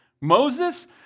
Moses